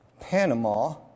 Panama